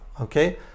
Okay